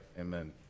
Amen